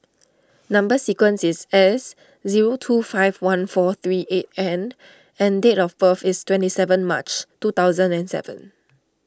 Number Sequence is S zero two five one four three eight N and date of birth is twenty seven March two thousand and seven